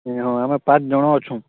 ହଁ ଆମେ ପାଞ୍ଚ୍ ଜଣ ଅଛୁଁ